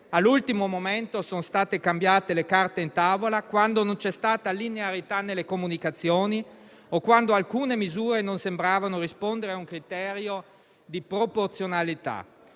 all'ultimo momento sono state cambiate le carte in tavola, quando non c'è stata linearità nelle comunicazioni o quando alcune misure non sembravano rispondere a un criterio di proporzionalità.